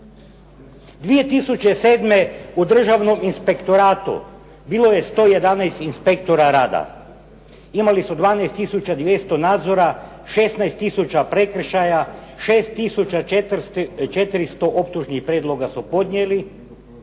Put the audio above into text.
2007. u Državnom inspektoratu bilo je 111 inspektora rada. Imali su 12200 nadzora, 16000 prekršaja, 6400 optužnih prijedloga su podnijeli.